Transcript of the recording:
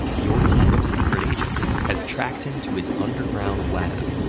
your team of secret agents has tracked him to his underground lab.